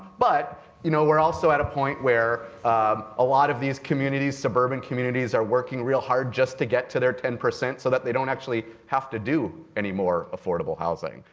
but you know, we're also at a point where a lot of these communities, suburban communities, are working real hard just to get to their ten percent so that they don't actually have to do any more affordable housing.